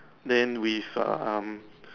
then with um